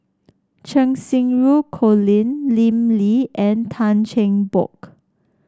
Cheng Xinru Colin Lim Lee and Tan Cheng Bock